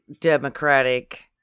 democratic